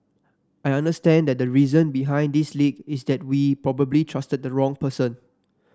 I understand that the reason behind this leak is that we probably trusted the wrong person